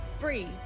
breathe